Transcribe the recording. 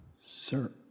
Sir